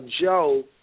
Joe